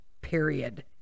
Period